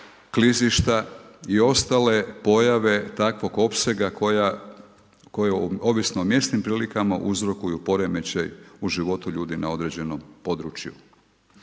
ovisno o mjesnim takvog opsega koje ovisno o mjesnim prilikama uzrokuju poremećaje u životu ljudi na određenom području.